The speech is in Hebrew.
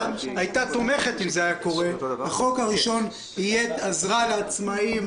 הייתה תומכת אם זה היה קורה החוק הראשון יהיה על עזרה לעצמאים,